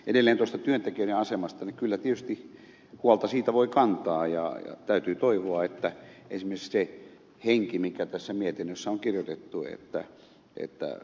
edelleen työntekijöiden asemasta kyllä tietysti huolta voi kantaa ja täytyy toivoa että toteutuisi esimerkiksi se henki mikä tässä mietinnössä on kirjoitettu että